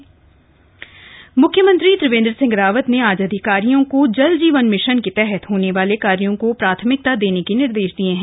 जल जीवन मिशन मुख्यमंत्री त्रिवेन्द्र सिंह रावत ने अधिकारियों को जल जीवन मिशन के तहत होने वाले कार्यो को प्राथमिकता में रखने के निर्देश दिये हैं